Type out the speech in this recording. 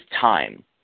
time